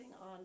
on